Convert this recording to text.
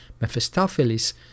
Mephistopheles